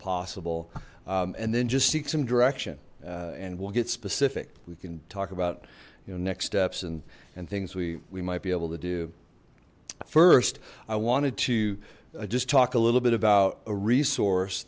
possible and then just seek some direction and we'll get specific we can talk about you know next steps and and things we we might be able to do first i wanted to just talk a little bit about a resource